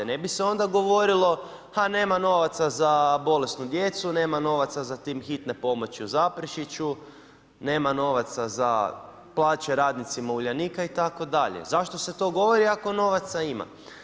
Ne bi se onda govorilo a nema novaca za bolesnu djecu, nema novaca za tim hitne pomoći u Zaprešiću, nema novaca za plaće radnicima Uljanika itd. zašto se to govori ako novaca ima?